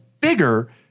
bigger